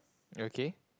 okay